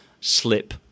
slip